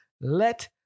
let